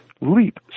leap